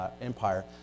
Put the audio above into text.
Empire